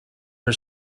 her